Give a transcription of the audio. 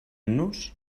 nos